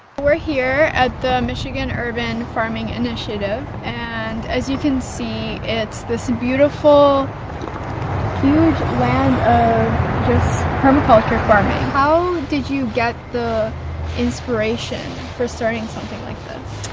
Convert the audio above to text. we're here at the michigan urban farming initiative and as you can see it's this beautiful huge land of permaculture farming how did you get the inspiration for starting something like this?